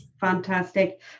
fantastic